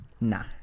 Nah